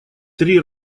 три